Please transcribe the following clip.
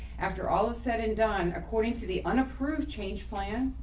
after all is said and done according to the unapproved change plan.